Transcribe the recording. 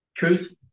Truth